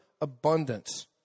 abundance